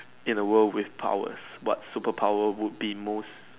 in a world with powers what superpower would be most